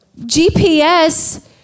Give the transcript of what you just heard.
GPS